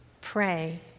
Pray